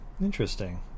Interesting